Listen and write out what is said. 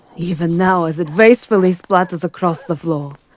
even now, as it wastefully splatters across the floor.